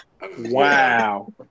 wow